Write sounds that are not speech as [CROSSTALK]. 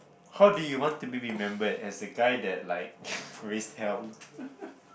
how do you want to be remembered as a guy that like [NOISE] raised hell [LAUGHS]